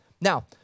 now